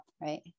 right